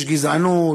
ויש גזענות,